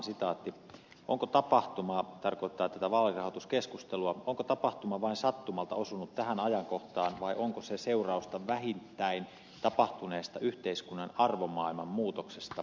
onko tapahtuma tarkoittaa tätä vaalirahoituskeskustelua vain sattumalta osunut tähän ajankohtaan vai onko se seurausta vähittäin tapahtuneesta yhteiskunnan arvomaailman muutoksesta